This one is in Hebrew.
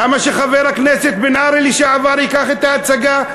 למה שחבר הכנסת בן-ארי לשעבר ייקח את ההצגה?